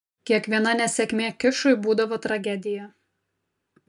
kiekviena nesėkmė kišui būdavo tragedija